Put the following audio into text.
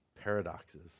paradoxes